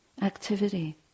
activity